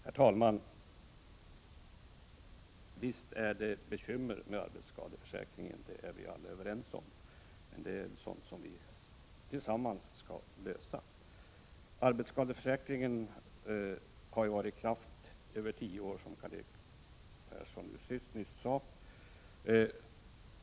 Herr talman! Visst är det bekymmer med arbetsskadeförsäkringen. Det är vi alla överens om. Men det är sådant som vi tillsammans skall lösa. Arbetsskadeförsäkringen har varit i kraft i över tio år, som Karl-Erik Persson nyss sade.